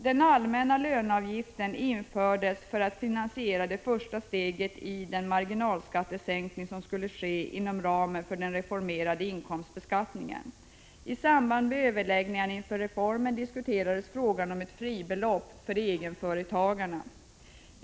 Den allmänna löneavgiften infördes för att finansiera det 49 första steget i den marginalskattesänkning som skulle ske inom ramen för den reformerade inkomstbeskattningen. I samband med överläggningen inför reformen diskuterades frågan om ett fribelopp för egenföretagare.